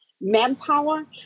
manpower